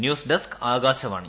news desk Akashvani